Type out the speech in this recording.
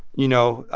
you know,